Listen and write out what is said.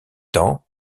temps